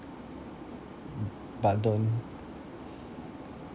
mm but don't